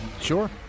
Sure